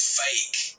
fake